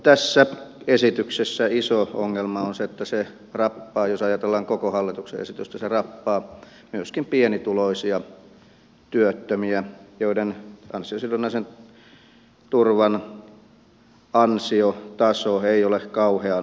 tässä esityksessä iso ongelma on se jos ajatellaan koko hallituksen esitystä että se rappaa myöskin pienituloisia työttömiä joiden ansiosidonnaisen turvan ansiotaso ei ole kauhean korkea